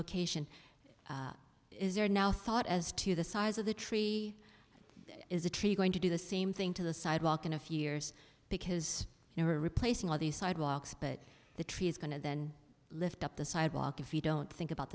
location is there now thought as to the size of the tree is a tree going to do the same thing to the sidewalk in a few years because you are replacing all the sidewalks but the tree is going to then lift up the sidewalk if you don't think about